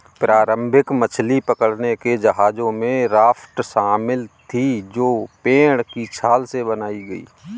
प्रारंभिक मछली पकड़ने के जहाजों में राफ्ट शामिल थीं जो पेड़ की छाल से बनाई गई